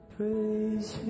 Praise